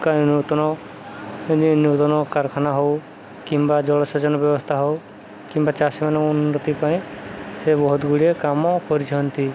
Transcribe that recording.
ନୂତନ ନୂତନ କାରଖାନା ହଉ କିମ୍ବା ଜଳସେଚନ ବ୍ୟବସ୍ଥା ହଉ କିମ୍ବା ଚାଷୀମାନଙ୍କ ଉନ୍ନତି ପାଇଁ ସେ ବହୁତଗୁଡ଼ିଏ କାମ କରିଛନ୍ତି